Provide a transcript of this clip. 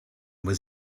was